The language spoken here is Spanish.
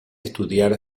estudiar